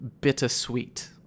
bittersweet